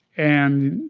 and